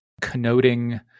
connoting